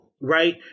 Right